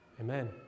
amen